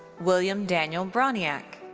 william daniel broniec.